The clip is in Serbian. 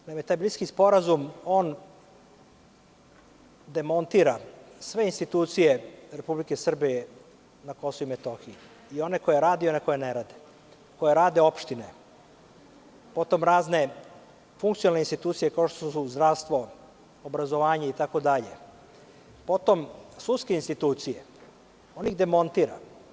Naime, taj Briselski sporazum, on demontira sve institucije Republike Srbije na Kosovu i Metohiji i one koje rade i one koje ne rade, koje rade opštine, potom razne funkcionalne institucije, kao što su zdravstvo, obrazovanje, itd, potom sudske institucije, on ih demontira.